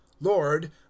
lord